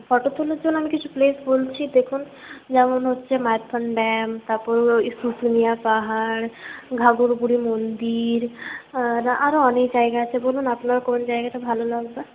photo তোলার জন্য আমি কিছু প্লেস বলছি দেখুন যেমন হচ্ছে মাইথন ড্যাম তারপর শুশুনিয়া পাহাড় ঘাঘরবুড়ি মন্দির আর আরো অনেক জায়গা আছে বলুন আপনার কোন জায়গাটা ভালো লাগবে